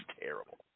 terrible